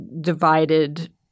divided